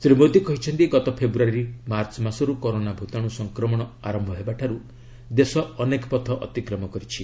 ଶ୍ରୀ ମୋଦୀ କହିଛନ୍ତି ଗତ ଫେବୃୟାରୀ ମାର୍ଚ୍ଚ ମାସରୁ କରୋନା ଭୂତାଣୁ ସଂକ୍ରମଣ ଆରମ୍ଭ ହେବାଠାରୁ ଦେଶ ଅନେକ ପଥ ଅତିକ୍ରମ କରିଛି